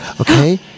Okay